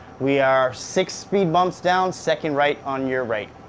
we are six speed-bumps down, second right on your right.